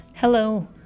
Hello